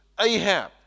Ahab